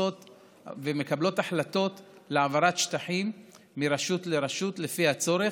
ומקבלות החלטות להעברת שטחים מרשות לרשות לפי הצורך.